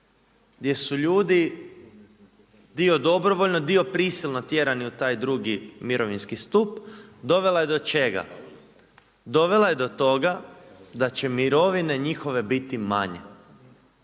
gdje su ljudi dio dobrovoljno, dio prisilno tjerani u taj drugi mirovinski stup dovela je do čega? Dovela je do toga da će mirovine njihove biti manje.